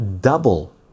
double